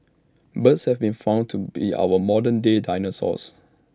birds have been found to be our modern day dinosaurs